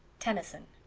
tennyson